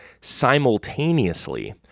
simultaneously